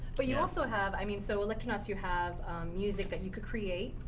but you also have i mean, so electronauts, you have music that you could create,